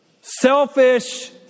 selfish